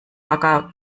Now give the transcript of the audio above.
bagger